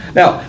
now